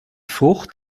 frucht